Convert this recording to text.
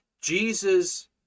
Jesus